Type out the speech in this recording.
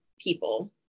people